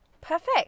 perfect